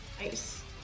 Nice